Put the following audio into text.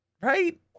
Right